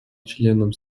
членам